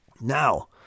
Now